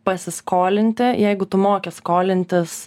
pasiskolinti jeigu tu moki skolintis